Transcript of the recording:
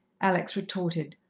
alex retorted,